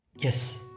Yes